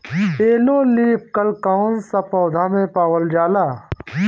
Yellow leaf curl कौन सा पौधा में पावल जाला?